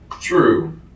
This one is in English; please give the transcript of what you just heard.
True